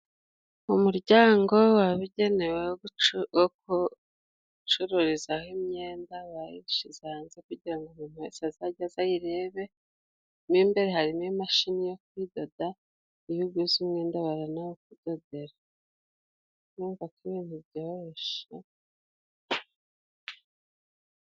Umuryango wabigenewe wo gucururizaho imyenda. Bayishyize hanze kugira ngo umuntu wese azajye aza ayirebe, mo imbere harimo imashini yo kuyidoda. Iyo uguze umwenda baranawukudodera. Urumva ko ibintu byoshye.